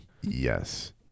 yes